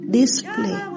display